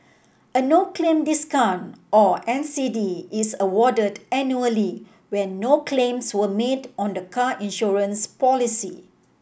a no claim discount or N C D is awarded annually when no claims were made on the car insurance policy